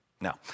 Now